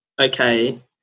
okay